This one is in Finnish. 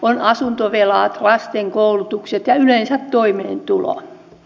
on asuntovelat lasten koulutukset ja yleensä toimeentulo